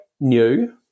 new